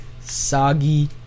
soggy